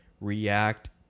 React